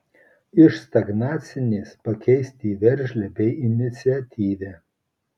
iš stagnacinės pakeisti į veržlią bei iniciatyvią